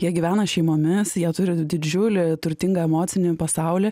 jie gyvena šeimomis jie turi didžiulį turtingą emocinį pasaulį